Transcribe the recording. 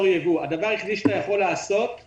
הדבר היחיד שאתה יכול לעשות הוא